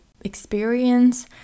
experience